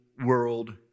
world